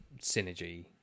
synergy